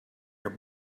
your